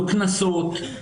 לא קנסות,